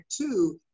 two